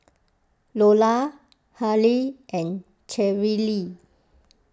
Lola Halie and Cherrelle